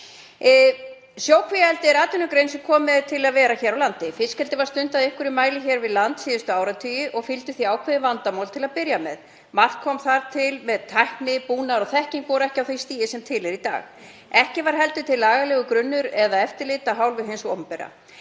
Sjókvíaeldi er atvinnugrein sem er komin til að vera hér á landi. Fiskeldi var stundað í einhverjum mæli hér við land síðustu áratugi og fylgdu því ákveðin vandamál til að byrja með. Margt kom þar til því að tækni, búnaður og þekking voru ekki á því stigi sem er í dag. Ekki var heldur til lagalegur grunnur eða eftirlit af hálfu hins opinbera.